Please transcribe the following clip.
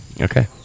Okay